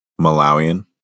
Malawian